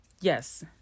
Yes